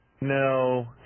No